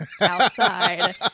outside